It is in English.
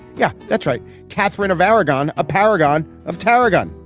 yeah, that's right. catherine of aragon, a paragon of tarragon,